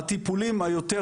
הטיפולים היותר,